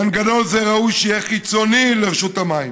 מנגנון זה ראוי שיהיה חיצוני לרשות המים,